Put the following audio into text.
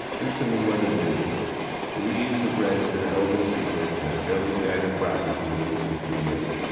this, to me, wasn't news the reuse of bread has been an open secret and a fairly standard practice in the industry for years.